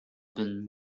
been